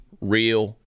real